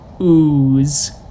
ooze